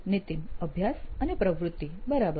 નીતિન અભ્યાસ અને પ્રવૃત્તિ બરાબર